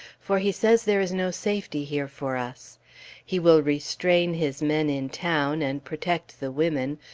for he says there is no safety here for us he will restrain his men in town, and protect the women,